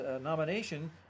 nomination